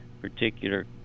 particular